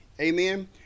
Amen